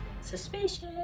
Suspicious